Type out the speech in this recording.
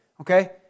Okay